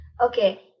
okay